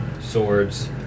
swords